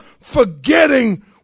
forgetting